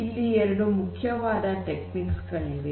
ಇಲ್ಲಿ ಎರಡು ಮುಖ್ಯವಾದ ತಂತ್ರಗಳಿವೆ